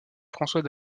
françois